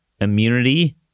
immunity